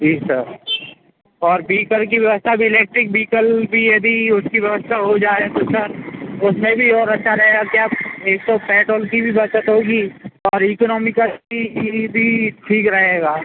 जी sir और vehicle की व्यवस्था अब इलेक्ट्रिक ब्हीकल भी यदि उसकी व्यवस्था हो जाए तो सर उसमें भी और अच्छा रहेगा क्या एक तो पेट्रोल की भी बचत होगी और इकोनॉमिकल भी ठीक रहेगा